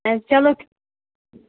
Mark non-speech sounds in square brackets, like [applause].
[unintelligible] چلو